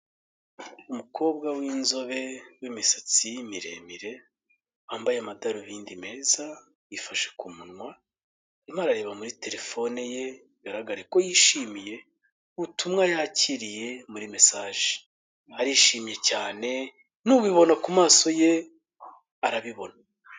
Umukobwa w'inzobe w'imisatsi mireremire, wambaye amadorobindi meza yifashe ku munwa arimo arareba muri terefone ye, bigaragare ko yishimiye ubutumwa yakiriye muri mesaje arishimye cyane n'ubibona ku maso ye arabibona.